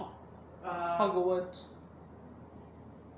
err hogwarts